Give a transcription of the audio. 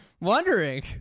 wondering